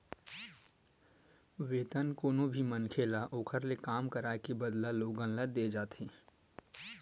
वेतन कोनो भी मनखे ल ओखर ले काम कराए के बदला लोगन ल देय जाथे